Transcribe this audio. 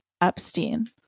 Epstein